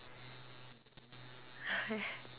!hais!